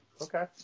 Okay